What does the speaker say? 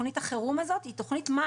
תכנית החירום הזו היא חובה,